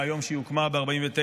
מהיום שהיא הוקמה ב-1949.